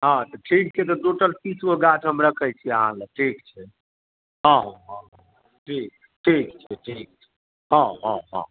हँ तऽ ठीक छै तऽ टोटल तीसगो गाछ हम रखैत छी अहाँ लऽ ठीक छै हँ हँ ठीक छै ठीक छै ठीक छै हँ हँ हँ